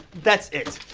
that's it.